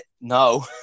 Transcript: No